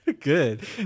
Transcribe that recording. Good